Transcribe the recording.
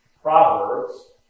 Proverbs